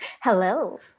Hello